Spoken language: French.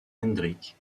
hendrik